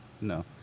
No